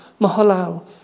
Mahalal